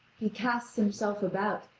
he casts himself about,